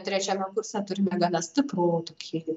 trečiame kurse turime gana stiprų tokį